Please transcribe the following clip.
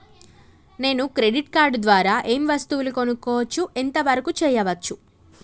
నేను credit card ద్వారా ఏం వస్తువులు కొనుక్కోవచ్చు ఎంత వరకు చేయవచ్చు?